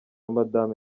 madamu